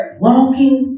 Walking